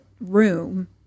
room